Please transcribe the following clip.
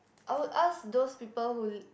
I would ask those people who